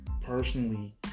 personally